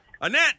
Annette